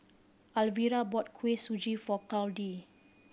Alvira brought Kuih Suji for Claudie